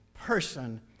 person